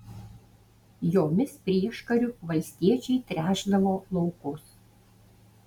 jomis prieškariu valstiečiai tręšdavo laukus